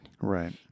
Right